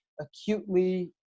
acutely